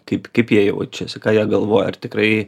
kaip kaip jie jaučiasi ką jie galvoja ar tikrai